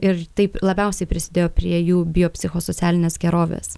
ir taip labiausiai prisidėjo prie jų biopsichosocialinės gerovės